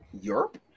Europe